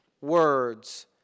words